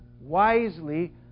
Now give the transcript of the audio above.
wisely